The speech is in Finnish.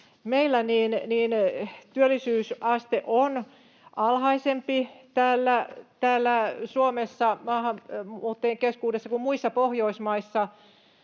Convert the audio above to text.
meillä työllisyysaste täällä Suomessa maahanmuuttajien keskuudessa on alhaisempi kuin muissa Pohjoismaissa.